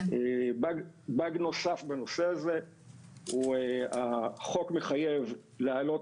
באג נוסף בנושא הזה הוא שהחוק מחייב להעלות